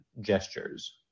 gestures